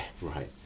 right